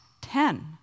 Ten